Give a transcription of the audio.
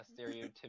stereotypical